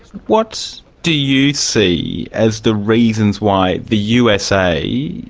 what do you see as the reasons why the usa,